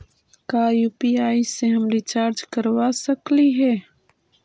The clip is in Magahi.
का यु.पी.आई से हम रिचार्ज करवा सकली हे?